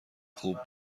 خوب